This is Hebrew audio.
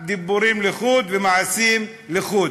אבל דיבורים לחוד ומעשים לחוד.